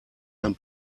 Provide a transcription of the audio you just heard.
ein